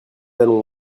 allons